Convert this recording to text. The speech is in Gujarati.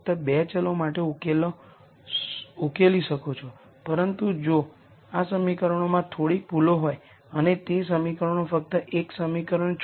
ફરીથી ν₁ એક સ્કેલેર છે λ એક સ્કેલેર છે